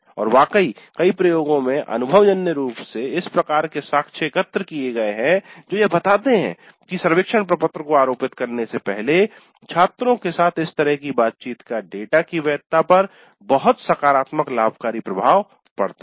और वाकई कई प्रयोगों में अनुभवजन्य रूप से इस प्रकार के साक्ष्य एकत्र किए गए हैं जो यह बताते है कि सर्वेक्षण प्रपत्र को आरोपित करने से पहले छात्रों के साथ इस तरह की बातचीत का डेटा की वैधता पर बहुत सकारात्मक लाभकारी प्रभाव पड़ता है